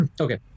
Okay